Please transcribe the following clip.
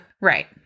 Right